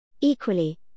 Equally